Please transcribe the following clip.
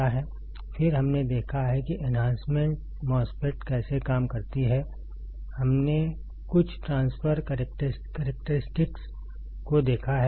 फिर हमने देखा है कि एन्हांसमेंट MOSFET कैसे काम करती है हमने कुछ ट्रान्सफर करेक्टरस्टिक्स को देखा है